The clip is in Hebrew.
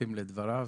מצטרפים לדבריו.